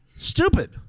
Stupid